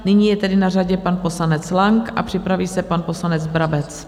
Nyní je tedy na řadě pan poslanec Lang a připraví se pan poslanec Brabec.